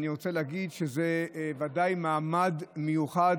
אני רוצה להגיד שזה בוודאי מעמד מיוחד